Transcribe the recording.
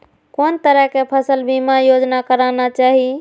कोन तरह के फसल बीमा योजना कराना चाही?